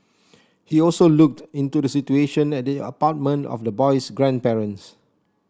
he also looked into the situation at the apartment of the boy's grandparents